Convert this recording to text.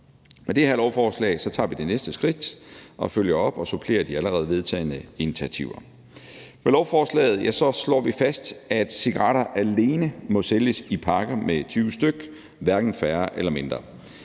Med det her lovforslag tager vi det næste skridt og følger op og supplerer de allerede vedtagne initiativer. Med lovforslaget slår vi fast, at cigaretter alene må sælges i pakker med 20 stk. – hverken mere eller mindre.